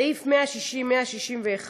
סעיפים 160 161: